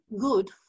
good